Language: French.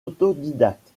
autodidacte